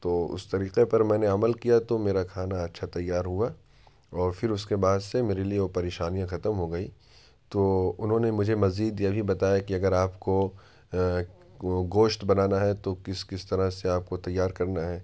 تو اس طریقے پر میں نے عمل کیا تو میرا کھانا اچھا تیار ہوا اور پھر اس کے بعد سے میرے لیے وہ پریشانیاں ختم ہو گئیں تو انہوں نے مجھے مزید یہ بھی بتایا کہ اگر آپ کو وہ گوشت بنانا ہے تو کس کس طرح سے آپ کو تیار کرنا ہے